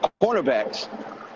cornerbacks